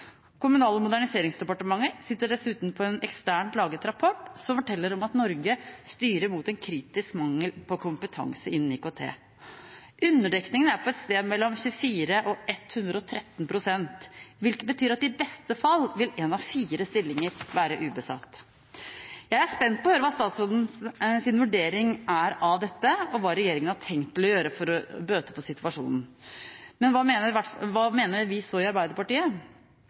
Kommunal- og moderniseringsdepartementet sitter dessuten på en eksternt laget rapport som forteller om at Norge styrer mot en kritisk mangel på kompetanse innen IKT. Underdekningen er på et sted mellom 24 og 113 pst., hvilket betyr at i beste fall vil én av fire stillinger være ubesatt. Jeg er spent på å høre hva statsrådens vurdering av dette er, og hva han har tenkt å gjøre for å bøte på situasjonen. Men hva mener så vi i